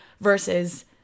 versus